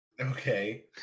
Okay